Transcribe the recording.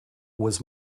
was